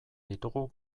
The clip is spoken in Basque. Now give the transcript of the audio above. ditugu